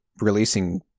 releasing